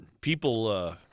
People